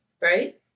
right